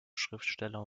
schriftsteller